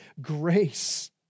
grace